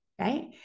Right